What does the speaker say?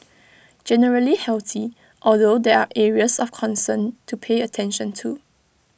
generally healthy although there are areas of concern to pay attention to